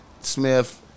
Smith